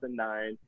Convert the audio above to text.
2009